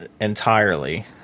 entirely